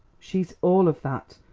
she's all of that,